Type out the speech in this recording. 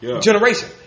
generation